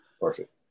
Perfect